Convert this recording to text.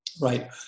Right